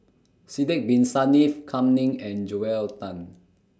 Sidek Bin Saniff Kam Ning and Joel Tan